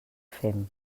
fem